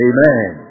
Amen